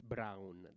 Brown